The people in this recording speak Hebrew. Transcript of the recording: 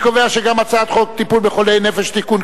הצעת חוק טיפול בחולי נפש (תיקון,